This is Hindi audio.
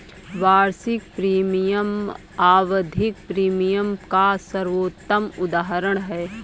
वार्षिक प्रीमियम आवधिक प्रीमियम का सर्वोत्तम उदहारण है